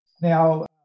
Now